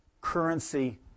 currency